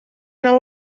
anar